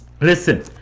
listen